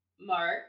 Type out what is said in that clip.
Mark